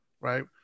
right